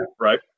Right